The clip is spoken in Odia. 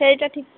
ସେଇଟା ଠିକ୍